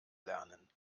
lernen